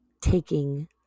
taking